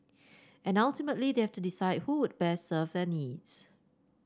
and ultimately they have to decide who would best serve their needs